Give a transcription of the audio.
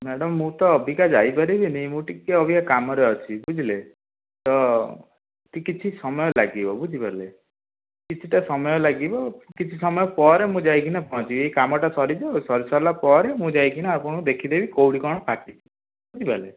madam ମୁଁ ତ ଅବିକା ଯାଇ ପାରିବିନି ମୁଁ ଟିକେ ଅବିକା କାମରେ ଅଛି ବୁଝିଲେ ତ କିଛି ସମୟ ଲାଗିବ ବୁଝିପାରିଲେ କିଛିଟା ସମୟ ଲାଗିବ କିଛି ସମୟ ପରେ ମୁଁ ଯାଇକିନା ପହଞ୍ଚିବି ଏଇ କାମଟା ସାରିଯାଉ ସରି ସାରିଲା ପରେ ମୁଁ ଯାଇକିନା ଆପଣଙ୍କୁ ଦେଖିଦେବି କେଉଁଠି କ'ଣ ଫାଟିଛି ବୁଝିପାରିଲେ